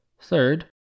Third